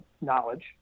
knowledge